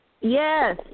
Yes